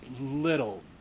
little